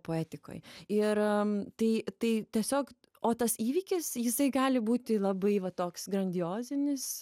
poetikoj ir tai tai tiesiog o tas įvykis jisai gali būti labai va toks grandiozinis